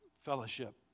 fellowship